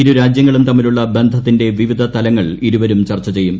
ഇരുരാജ്യങ്ങളും തമ്മിലുള്ള ബന്ധത്തിന്റെ വിവിധ തലങ്ങൾ ഇരുവരും ചർച്ച ചെയ്യും